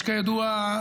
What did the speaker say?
כידוע,